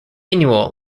annual